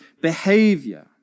behavior